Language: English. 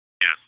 Yes